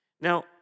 Now